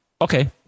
Okay